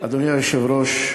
אדוני היושב-ראש,